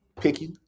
picky